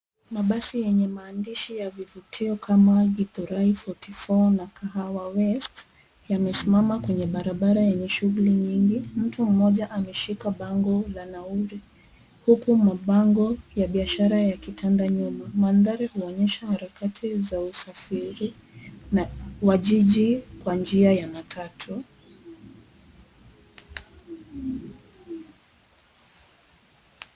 Mabasi yenye maandishi ya vivutio kama kiturai 44 na kahawa west yamesimama kwenye barabara yenye shughuli nyingi mtu mmoja ameshika pango la nauli uku mapango ya biashara yakitanda nyumba manthari yanaonyesha harakati za usafiri wa jiji Kwa njia ya matatu